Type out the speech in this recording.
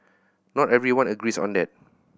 not everyone agrees on that